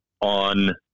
on